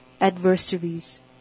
adversaries